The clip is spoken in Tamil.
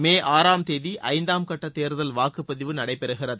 மே ஆறாம் தேதி ஐந்தாம் கட்ட தேர்தல் வாக்குப்பதிவு நடைபெறுகிறது